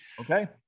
okay